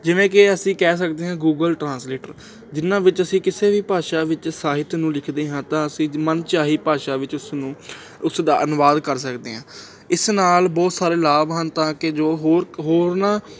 ਜਿਵੇਂ ਕਿ ਅਸੀਂ ਕਹਿ ਸਕਦੇ ਹਾਂ ਗੂਗਲ ਟਰਾਂਸਲੇਟਰ ਜਿਹਨਾਂ ਵਿੱਚ ਅਸੀਂ ਕਿਸੇ ਵੀ ਭਾਸ਼ਾ ਵਿੱਚ ਸਾਹਿਤ ਨੂੰ ਲਿਖਦੇ ਹਾਂ ਤਾਂ ਅਸੀਂ ਮਨਚਾਹੀ ਭਾਸ਼ਾ ਵਿੱਚ ਉਸ ਨੂੰ ਉਸ ਦਾ ਅਨੁਵਾਦ ਕਰ ਸਕਦੇ ਹਾਂ ਇਸ ਨਾਲ ਬਹੁਤ ਸਾਰੇ ਲਾਭ ਹਨ ਤਾਂ ਕਿ ਜੋ ਹੋਰ ਹੋਰਨਾਂ